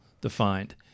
defined